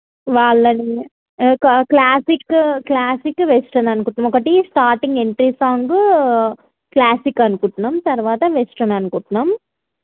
వాళ్ళని classic classic western అనుకుంటున్నాము ఒకటి స్టార్టింగ్ ఎంట్రీ సాంగ్ క్లాసిక్ అనుకుంటున్నాము తరువాత వెస్ట్రన్ అనుకుంటున్నాము